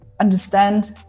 understand